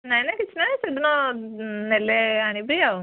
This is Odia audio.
ନାଇଁ ନାଇଁ କିଛି ନାଇଁ ସେଦିନ ନେଲେ ଆଣିବି ଆଉ